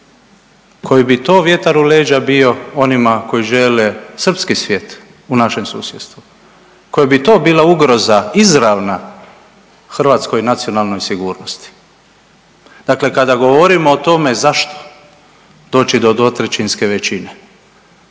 koji bi to vjetar u leđa bio onima koji žele srpski svijet u našem susjedstvu, koja bi to bila ugroza izravna hrvatskoj nacionalnoj sigurnosti. Dakle, kada govorimo o tome zašto do dvotrećinske većine